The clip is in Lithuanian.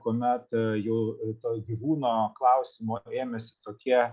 kuomet jau to gyvūno klausimo ėmėsi tokie